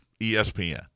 ESPN